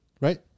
Right